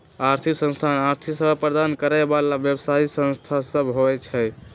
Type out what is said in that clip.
आर्थिक संस्थान आर्थिक सेवा प्रदान करे बला व्यवसायि संस्था सब होइ छै